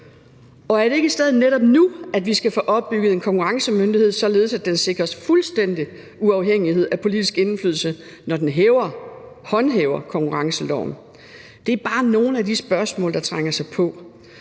Og er det ikke i stedet netop nu, at vi skal få opbygget en konkurrencemyndighed, således at den sikres fuldstændig uafhængighed af politisk indflydelse, når den håndhæver konkurrenceloven. Det er bare nogle af de spørgsmål, der trænger sig på,